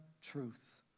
truth